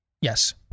Yes